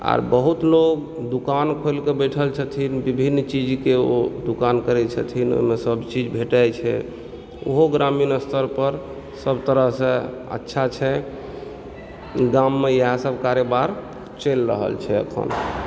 आर बहुत लोक दुकान खोलि कऽ बैठल छथिन विभिन्न चीजके ओऽ दुकान करै छथिन ओहिमे सब चीज भेटै छै ओहो ग्रामीण स्तर पर सब तरह सऽ अच्छा छै गाम मे इएह सब कारोबार चलि रहल छै अखन